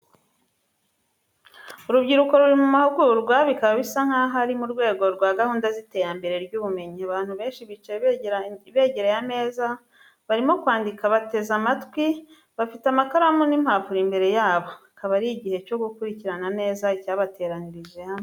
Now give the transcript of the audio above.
Urubyiruko ruri mu mahugurwa, bikaba bisa nkaho ari mu rwego rwa gahunda z’iterambere ry’ubumenyi. Abantu benshi bicaye begereye ameza barimo kwandika, bateze amatwi, bafite amakaramu n’impapuro imbere yabo. Akaba ari igihe cyo gukurikirana neza icyabateranyirije hamwe.